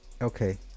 Okay